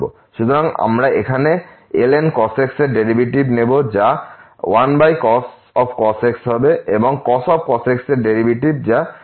সুতরাং আমরা এখানে ln cos x এর ডেরিভেটিভ নেব যা 1cos x হবে এবং এই cos x এর ডেরিভেটিভ sin x হবে